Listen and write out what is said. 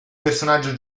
personaggio